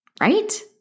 right